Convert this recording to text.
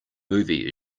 movie